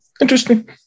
Interesting